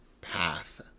path